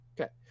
Okay